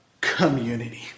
community